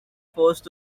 forced